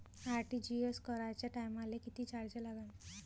RTGS कराच्या टायमाले किती चार्ज लागन?